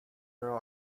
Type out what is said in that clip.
her